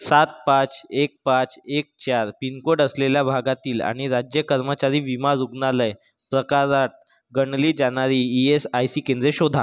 सात पाच एक पाच एक चार पिनकोड असलेल्या भागातील आणि राज्य कर्मचारी विमा रुग्णालय प्रकारात गणली जाणारी ई एस आय सी केंद्रे शोधा